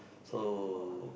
so